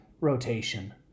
rotation